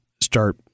start